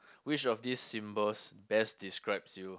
which of these symbols best describes you